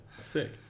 Sick